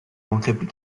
manquerait